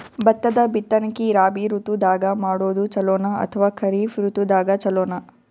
ಭತ್ತದ ಬಿತ್ತನಕಿ ರಾಬಿ ಋತು ದಾಗ ಮಾಡೋದು ಚಲೋನ ಅಥವಾ ಖರೀಫ್ ಋತು ಚಲೋನ?